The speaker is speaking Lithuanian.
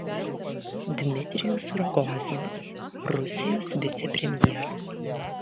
dmitrijus rogozinas rusijos vicepremjeras